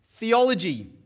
Theology